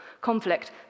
conflict